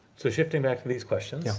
so shifting back to these questions, yeah